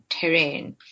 terrain